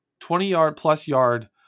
20-yard-plus-yard